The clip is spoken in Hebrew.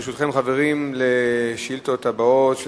ברשותכם, חברים, לשאילתות הבאות.